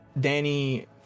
Danny